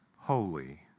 Holy